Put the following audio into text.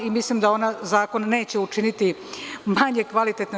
Mislim da zakon neće učiniti manje kvalitetnim.